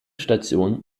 station